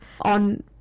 on